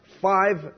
Five